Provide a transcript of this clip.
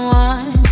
one